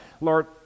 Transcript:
Lord